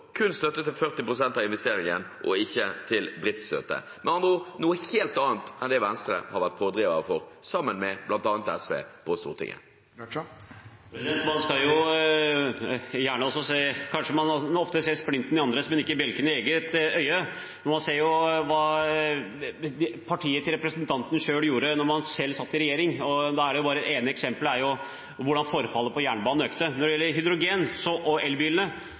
kun 40 pst. av investeringen og ikke driftsstøtte – med andre ord noe helt annet enn det Venstre har vært pådriver for sammen med bl.a. SV på Stortinget. Kanskje man ofte ser splinten i andres øye, men ikke bjelken i sitt eget. Man ser jo hva partiet til representanten Eidsvoll Holmås selv gjorde da de satt i regjering. Ett eksempel er hvordan forfallet på jernbanen økte. Når det gjelder hydrogen- og elbiler, er det klart vi må ha begge deler. Men vi vet samtidig at hydrogenbilene ikke har fått det samme gjennombruddet som elbilene